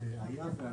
היה והלך.